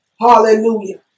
hallelujah